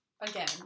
again